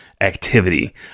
activity